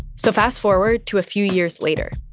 so fast forward to a few years later.